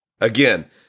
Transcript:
Again